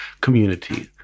community